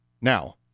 Now